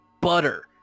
butter